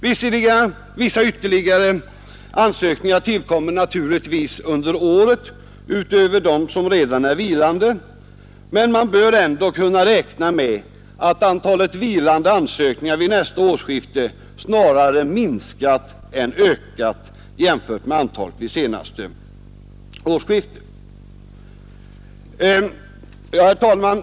Vissa ytterligare ansökningar tillkommer naturligtvis under året utöver dem som redan är vilande, men man bör ändå kunna räkna med att antalet vilande ansökningar vid nästa årsskifte snarare minskat än ökat jämfört med antalet vid senaste årsskiftet. Herr talman!